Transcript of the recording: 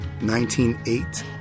19:8